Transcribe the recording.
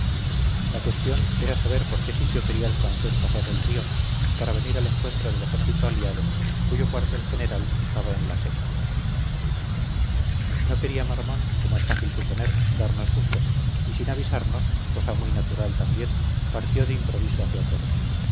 la cuestión era saber por qué sitio quería el francés pasar el río para venir al encuentro del ejército aliado cuyo cuartel general estaba en la seca no quería marmont como es fácil suponer darnos gusto y sin avisarnos cosa muy natural también partió de improviso hacia toro